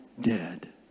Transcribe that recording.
dead